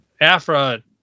Afra